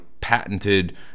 patented